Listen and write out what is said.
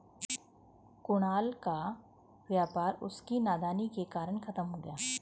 कुणाल का व्यापार उसकी नादानी के कारण खत्म हो गया